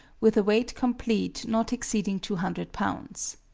with a weight complete not exceeding two hundred pounds.